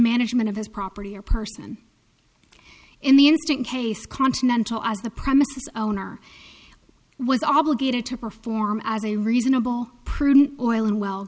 management of his property or person in the instant case continental as the premise owner was obligated to perform as a reasonable prudent oil and well